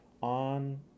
on